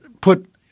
put